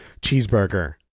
cheeseburger